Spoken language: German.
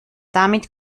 damit